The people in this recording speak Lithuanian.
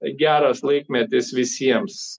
geras laikmetis visiems